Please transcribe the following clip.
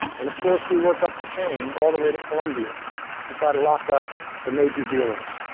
and of course, we worked up the chain all the way to colombia to try to lock up the major dealers.